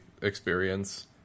experience